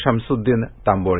Shamsuddin Tamboli